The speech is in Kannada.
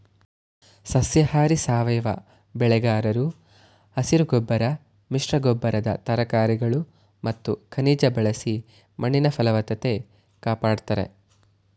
ಸಸ್ಯಾಹಾರಿ ಸಾವಯವ ಬೆಳೆಗಾರರು ಹಸಿರುಗೊಬ್ಬರ ಮಿಶ್ರಗೊಬ್ಬರದ ತರಕಾರಿಗಳು ಮತ್ತು ಖನಿಜ ಬಳಸಿ ಮಣ್ಣಿನ ಫಲವತ್ತತೆ ಕಾಪಡ್ತಾರೆ